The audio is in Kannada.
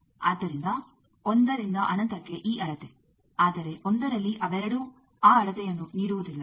ಆದ್ದರಿಂದ 1 ರಿಂದ ಅನಂತಕ್ಕೆ ಈ ಅಳತೆ ಆದರೆ 1ರಲ್ಲಿ ಅವೆರಡೂ ಆ ಅಳತೆಯನ್ನು ನೀಡುವುದಿಲ್ಲ